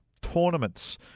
tournaments